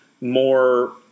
more